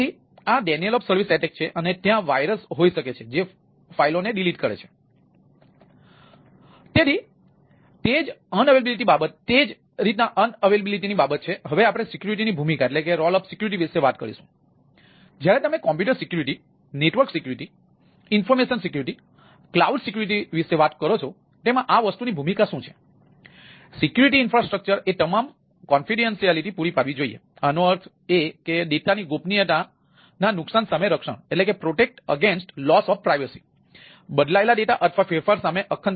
તેથી આ denial of service attack છે તેથી તે જ અપ્રાપ્યતાની